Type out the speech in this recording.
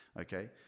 okay